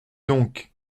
donc